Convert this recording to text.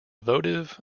votive